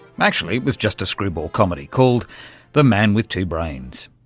actually it was just a screwball comedy called the man with two brains.